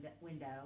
window